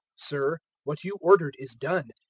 sir, what you ordered is done,